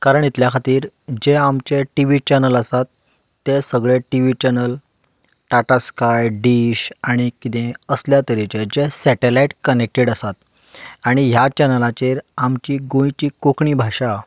कारण इतल्या खातीर ते आमचें टिवी चॅनल आसात तें सगळें TV channel Tata sky dish आनी किदें असल्या तरेचे जे सेटलायट कनेक्टेड आसात आनी ह्या चॅनलाचेर आमची गोंयची कोंकणी भाशा